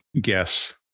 guess